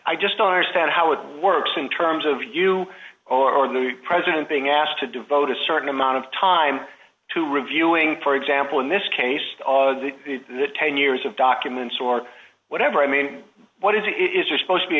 i just don't understand how it works in terms of you or the president being asked to devote a certain amount of time to reviewing for example in this case ten years of documents or whatever i mean what is it is you're supposed to be